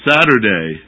Saturday